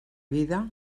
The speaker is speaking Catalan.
vida